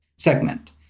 segment